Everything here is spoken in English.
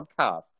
podcast